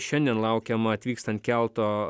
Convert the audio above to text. šiandien laukiama atvykstant kelto